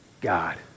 God